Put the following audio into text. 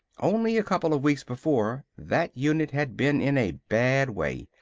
only a couple of weeks before, that unit had been in a bad way.